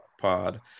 pod